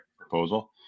proposal